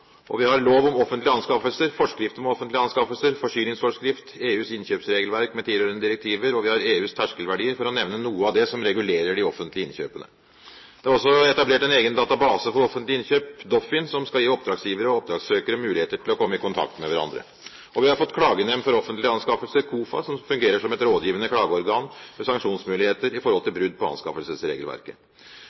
Vi har lov om offentlige anskaffelser, forskrift om offentlige anskaffelser, forsyningsforskrift, EUs innkjøpsregelverk med tilhørende direktiver, og vi har EUs terskelverdier, for å nevne noe av det som regulerer de offentlige innkjøpene. Det er også etablert en egen database for offentlige innkjøp – Doffin – som skal gi oppdragsgivere og oppdragssøkere muligheter til å komme i kontakt med hverandre. Og vi har fått klagenemnd for offentlige anskaffelser – KOFA – som fungerer som et rådgivende klageorgan med sanksjonsmuligheter i forhold til brudd på anskaffelsesregelverket.